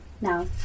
Now